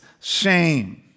shame